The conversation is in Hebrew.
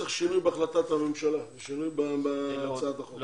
צריך שינוי בהחלטת הממשלה ושינוי בהצעת החוק.